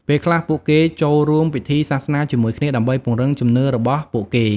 ពេលខ្លះពួកគេចូលរួមពិធីសាសនាជាមួយគ្នា ដើម្បីពង្រឹងជំនឿរបស់ពួកគេ។